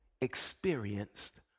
experienced